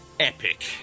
Epic